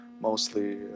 mostly